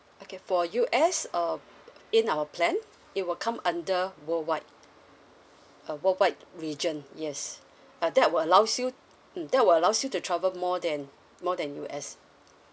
okay for you as um in our plan it will come under worldwide uh worldwide region yes ah that will allows you mm that will allows you to travel more than more than U_S